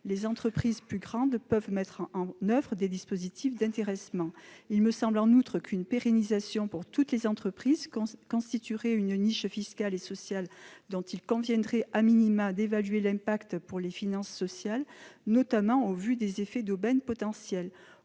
les entreprises plus grandes peuvent mettre en oeuvre des dispositifs d'intéressement. Il me semble en outre qu'une pérennisation pour toutes les entreprises constituerait une niche fiscale et sociale dont il conviendrait d'évaluer les conséquences pour les finances sociales, notamment au vu des effets d'aubaine potentiels.